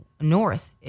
North